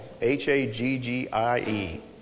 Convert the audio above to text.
H-A-G-G-I-E